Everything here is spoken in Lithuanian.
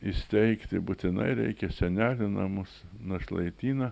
įsteigti būtinai reikia senelių namus našlaityną